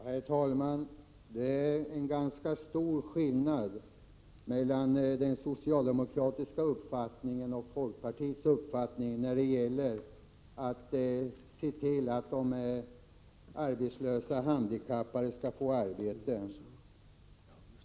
Herr talman! Det är en ganska stor skillnad mellan den socialdemokratiska uppfattningen och folkpartiets uppfattning när det gäller att se till att de arbetslösa handikappade kan få arbeten.